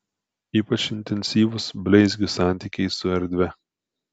ypač intensyvūs bleizgio santykiai su erdve